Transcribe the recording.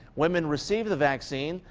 women recieved the vaccine.